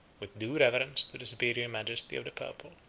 with due reverence to the superior majesty of the purple.